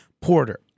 Porter